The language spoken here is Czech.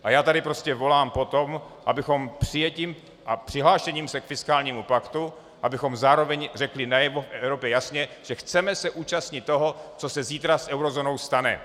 A já tady prostě volám po tom, abychom přijetím a přihlášením se k fiskálnímu paktu zároveň řekli Evropě jasně, že se chceme účastnit toho, co se zítra s eurozónou stane.